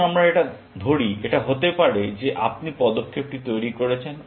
আসুন আমরা ধরি এটা হতে পারে যে আপনি পদক্ষেপটি তৈরি করছেন